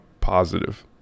positive